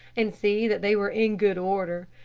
and see that they were in good order,